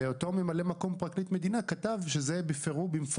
אותו ממלא מקום פרקליט המדינה כתב שזה במפורש